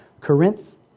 Corinth